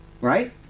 right